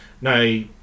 now